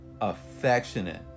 affectionate